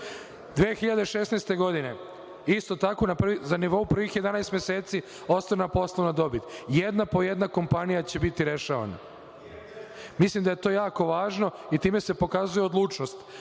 2016. godine isto tako, na nivo prvih 11 meseci ostvarena je poslovna dobit. Jedna po jedna kompanija će biti rešavane. Mislim da je to jako važno i time se pokazuje odlučnost